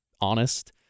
honest